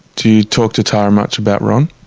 do you talk to tara much about ron?